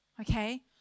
okay